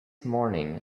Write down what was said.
morning